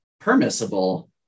permissible